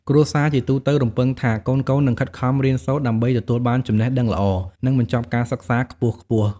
គ្រួសារជាទូទៅរំពឹងថាកូនៗនឹង ខិតខំរៀនសូត្រដើម្បីទទួលបានចំណេះដឹងល្អ និងបញ្ចប់ការសិក្សាខ្ពស់ៗ។